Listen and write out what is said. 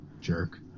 jerk